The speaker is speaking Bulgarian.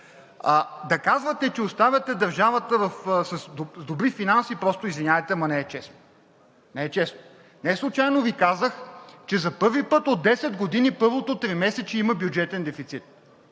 да казвате, че оставяте държавата с добри финанси. Просто, извинявайте, ама не е честно. Не е честно! Неслучайно Ви казах, че за първи път от 10 години в първото тримесечие има бюджетен дефицит.